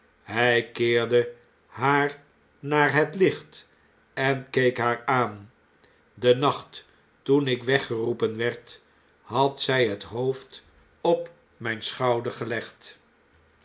hij keerde haar naar het licht en keek haar aan den nacht toen ik weggeroepen werd had het hoofd op mijn sehouder gelegd